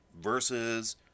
versus